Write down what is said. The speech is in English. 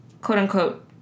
quote-unquote